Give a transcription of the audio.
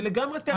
זה לגמרי טכנית,